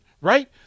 right